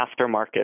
aftermarket